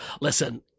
Listen